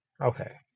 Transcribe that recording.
Okay